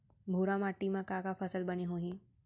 भूरा माटी मा का का फसल बने होही?